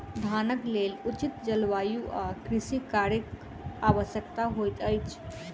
धानक लेल उचित जलवायु आ कृषि कार्यक आवश्यकता होइत अछि